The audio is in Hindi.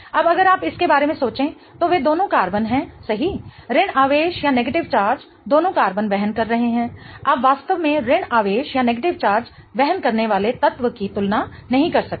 अब अगर आप इसके बारे में सोचे तो वे दोनों कार्बन हैं सही ऋण आवेश दोनों कार्बन वहन कर रहे हैं आप वास्तव में ऋण आवेश वहन करने वाले तत्व की तुलना नहीं कर सकते